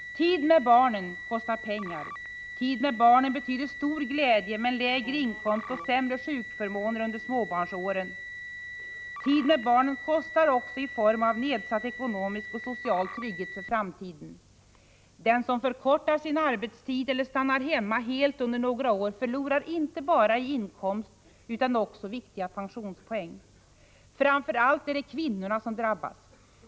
Tid med barnen kostar pengar. Tid med barnen betyder stor glädje men lägre inkomst och sämre sjukförmåner under småbarnsåren. Tid med barnen kostar också i form av nedsatt ekonomisk och social trygghet för framtiden. Den som förkortar sin arbetstid eller stannar hemma helt under några år förlorar inte bara inkomst utan också viktiga pensionspoäng. Framför allt är det kvinnorna som drabbas.